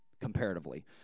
comparatively